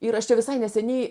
ir aš čia visai neseniai